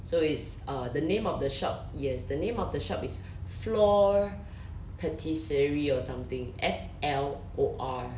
so is uh the name of the shop yes the name of the shop is flor patisserie or something F_L_O_R